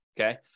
Okay